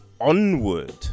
Onward